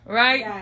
right